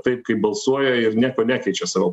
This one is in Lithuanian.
taip kaip balsuoja ir nieko nekeičia savo